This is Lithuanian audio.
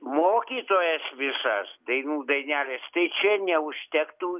mokytojas visas dainų dainelės tai čia neužtektų